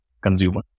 consumer